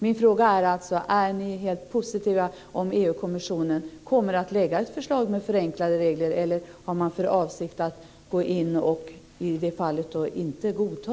Min fråga är alltså: Är ni helt positiva om EU kommissionen kommer att lägga fram ett förslag om förenklade regler, eller har ni för avsikt att inte godta detta?